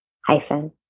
hyphen